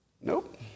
Nope